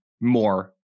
more